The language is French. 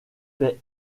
fait